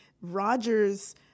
Rogers